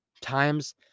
times